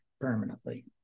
permanently